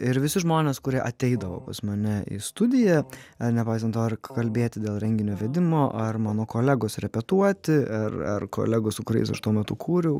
ir visi žmonės kurie ateidavo pas mane į studiją nepaisant to ar kalbėti dėl renginio vedimo ar mano kolegos repetuoti ar kolegos su kuriais aš tuo metu kūriau